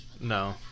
no